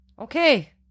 okay